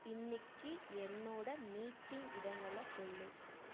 இன்னிக்கு என்னோடய மீட்டிங் இடங்களை சொல்லு